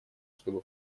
чтобы